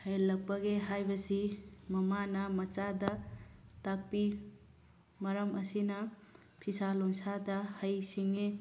ꯍꯩꯍꯜꯂꯛꯄꯒꯦ ꯍꯥꯏꯕꯁꯤ ꯃꯃꯥꯅ ꯃꯆꯥꯗ ꯇꯥꯛꯄꯤ ꯃꯔꯝ ꯑꯁꯤꯅ ꯐꯤꯁꯥ ꯂꯣꯟꯁꯥꯗ ꯍꯩ ꯁꯤꯡꯉꯤ